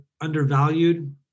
undervalued